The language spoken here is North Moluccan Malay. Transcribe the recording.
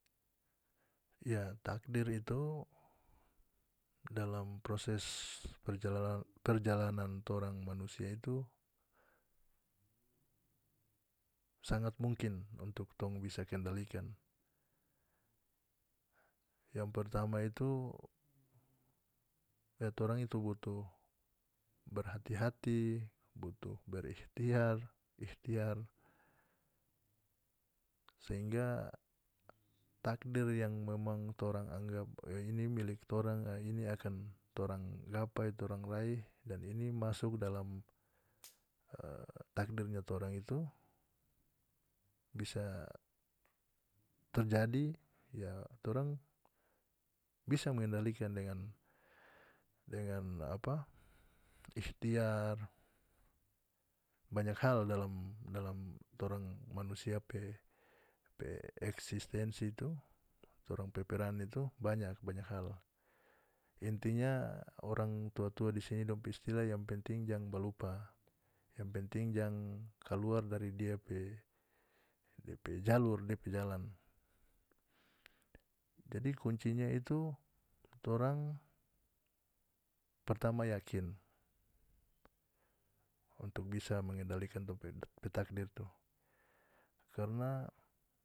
Ya takdir itu dalam proses perjalanan perjalanan torang manusia itu sangat mungkin untuk bisa kendalikan yang pertama itu ya torang itu butuh berhati-hati butuh berikhtiar ikhtiar sehingga takdir yang memang torang anggap o ini milik torang a ini akan torang gapai torang raih dan ini masuk dalam e takdirnya torang itu bisa terjadi ya torang bisa mengendalikan dengan dengan apa ikhtiar banyak hal dalam dalam torang manusia pe pe eksistensi itu torang pe peran itu banyak banyak hal intinya orang tua-tua di sini dong pe istilah yang penting jang ba lupa yang penting jang kaluar dari dia pe depe jalur depe jalan jadi kuncinya itu torang pertama yakin untuk bisa mengendalikan tong pe takdir itu karna.